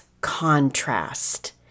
contrast